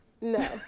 no